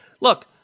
Look